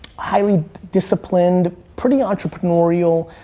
highly disciplined, pretty entrepreneurial,